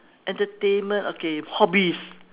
entertainment okay hobbies